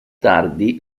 tardi